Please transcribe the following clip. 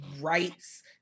rights